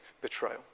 betrayal